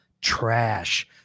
trash